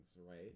right